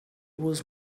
was